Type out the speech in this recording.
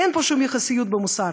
אין פה שום יחסיות במוסר,